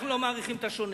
אנחנו לא מעריכים את השונה.